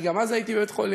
כי גם אז הייתי בבית-חולים,